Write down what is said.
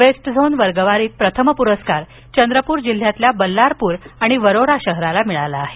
waste zone वर्गवारीत प्रथम पुरस्कार चंद्रपूर जिल्ह्यातील बल्लारपूर आणि वरोरा शहराला मिळाला आहे